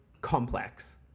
Complex